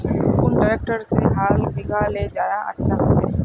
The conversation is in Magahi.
कुन ट्रैक्टर से हाल बिगहा ले ज्यादा अच्छा होचए?